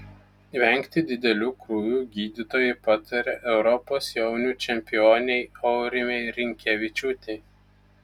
vengti didelių krūvių gydytojai patarė europos jaunių čempionei aurimei rinkevičiūtei